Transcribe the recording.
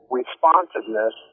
responsiveness